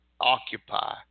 occupy